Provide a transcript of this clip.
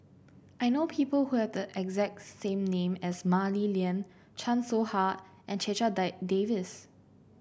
I know people who have the exact same name as Mah Li Lian Chan Soh Ha and Checha Davies